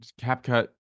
CapCut